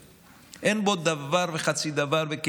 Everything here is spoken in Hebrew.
אין בו דבר וחצי דבר חוץ מזה.